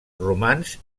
romans